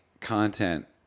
content